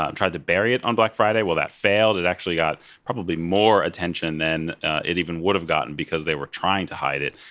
ah and tried to bury it on black friday, well that failed. it actually got probably more attention than it even would have gotten, because they were trying to hide it.